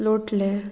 लोटलें